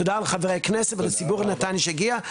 תודה לחברי הכנסת, ולציבור מנתניה שהגיעו.